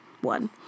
one